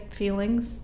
feelings